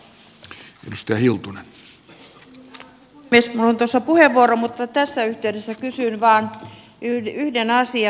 minulla on tuossa puheenvuoro mutta tässä yhteydessä kysyn vain yhden asian